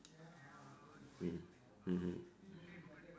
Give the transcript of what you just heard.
mm mmhmm